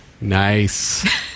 Nice